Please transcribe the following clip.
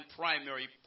primary